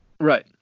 right